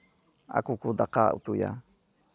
ᱟᱠᱚ ᱠᱚ ᱫᱟᱠᱟ ᱩᱛᱩᱭᱟ